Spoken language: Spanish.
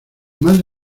madre